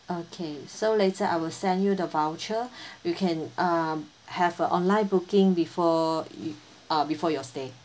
okay so later I will send you the voucher you can uh have a online booking before you uh before your stay